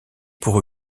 pour